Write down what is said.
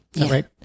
right